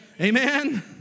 Amen